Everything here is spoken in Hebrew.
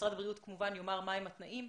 ומשרד הבריאות כמובן יאמר מה הם התנאים.